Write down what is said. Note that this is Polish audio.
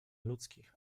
ludzkich